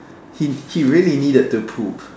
he he really needed to poop